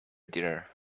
dinner